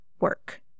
work